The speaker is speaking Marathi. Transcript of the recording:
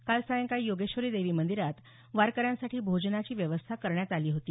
काल सायंकाळी योगेश्वरी देवी मंदिरात वारकऱ्यांसाठी भोजनाची व्यवस्था करण्यात आली होती